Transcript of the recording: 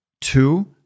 two